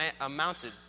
amounted